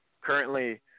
Currently